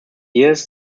years